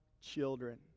children